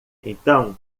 então